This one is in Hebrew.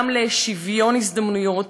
גם לשוויון הזדמנויות,